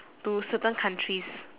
to certain countries